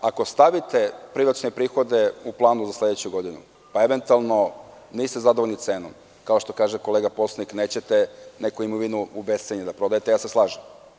Ako stavite privatizacione prihode u planu za sledeću godinu, pa eventualno niste zadovoljni cenom, kao što kaže kolega poslanik – nećete neku imovinu i bescenje da prodajete, ja se slažem.